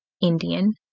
Indian